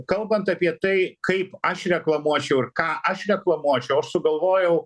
kalbant apie tai kaip aš reklamuočiau ir ką aš reklamuočiau aš sugalvojau